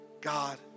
God